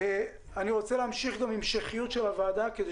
אני רוצה שתהיה המשכיות של הוועדה כדי